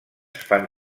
fan